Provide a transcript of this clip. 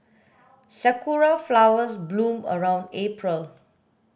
sakura flowers bloom around April